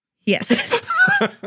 Yes